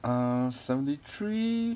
err seventy three